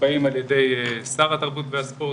שנקבעים על ידי שר התרבות והספורט,